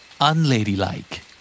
Unladylike